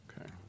Okay